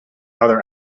other